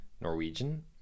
Norwegian